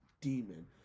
demon